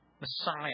Messiah